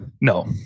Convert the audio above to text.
No